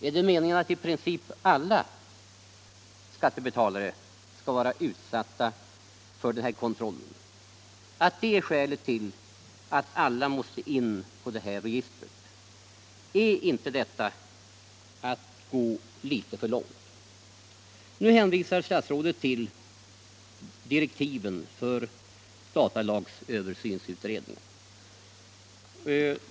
Är det meningen att i princip alla skattebetalare skall vara utsatta för den här skattekontrollen, att det är skälet till att alla måste in på det här registret? Är inte detta att gå litet för långt? Nu hänvisar statsrådet till direktiven för översynsutredningen.